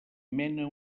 mena